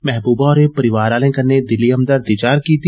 महबूबा होरें परिवार आलें कन्नै दिली हमदर्दी जाहर कीती